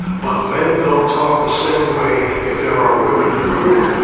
but men don't talk the same way. if there are women in the room.